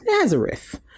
nazareth